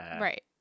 Right